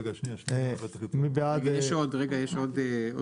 רגע, יש עוד.